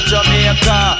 Jamaica